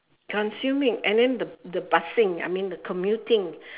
consuming and then the the bussing I mean the commuting